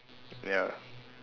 ya